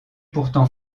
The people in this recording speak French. pourtant